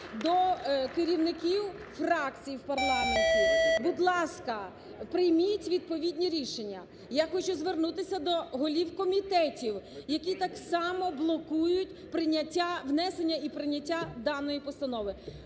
до керівників фракцій в парламенті, будь ласка, прийміть відповідні рішення. Я хочу звернутися до голів комітетів, які так само блокують прийняття, внесенні і прийняття даної постанови.